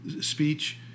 speech